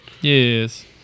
Yes